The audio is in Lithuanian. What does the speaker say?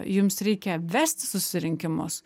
jums reikia vesti susirinkimus